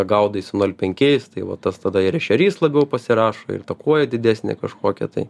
gaudai su nol penkiais tai vat tas tada ir ešerys labiau pasirašo ir ta kuoja didesnė kažkokia tai